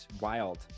wild